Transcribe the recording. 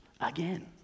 again